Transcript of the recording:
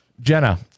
Jenna